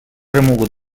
remogut